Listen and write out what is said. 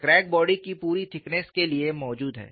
crack body की पूरी thickness के लिए मौजूद है